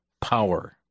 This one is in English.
power